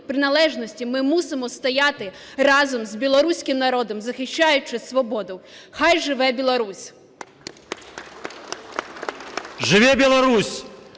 приналежності ми мусимо стояти разом з білоруським народом, захищаючи свободу. Хай живе Білорусь! 10:12:11